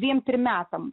dviem trim metam